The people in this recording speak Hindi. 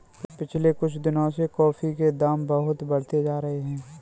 पिछले कुछ दिनों से कॉफी के दाम बहुत बढ़ते जा रहे है